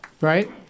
Right